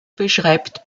beschreibt